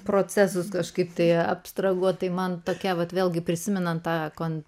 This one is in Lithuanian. procesus kažkaip tai abstrahuot tai man tokia vat vėlgi prisimenant tą